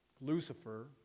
Lucifer